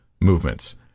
movements